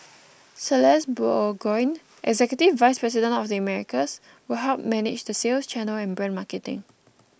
Celeste Burgoyne executive vice president of the Americas will help manage the sales channel and brand marketing